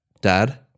dad